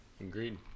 agreed